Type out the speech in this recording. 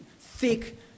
thick